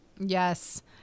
Yes